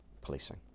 policing